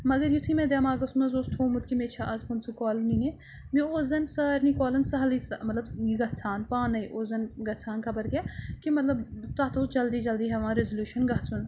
مگر یُتھُے مےٚ دٮ۪ماغَس منٛز اوس تھومُت کہِ مےٚ چھِ اَز پٕنٛژٕ کالہٕ نِنہِ مےٚ اوس زَن سارنٕے کالَن سَہلٕے سہ مطلب یہِ گَژھان پانَے اوس زَن گژھان خبر کیٛاہ کہِ مطلب تَتھ اوس جلدی جلدی ہٮ۪وان ریزلوٗشَن گَژھُن